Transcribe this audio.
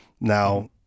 Now